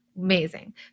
Amazing